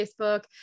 Facebook